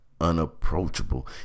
unapproachable